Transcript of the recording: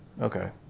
Okay